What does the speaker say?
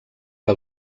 que